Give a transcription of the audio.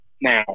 Now